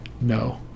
No